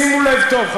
שימו לב טוב,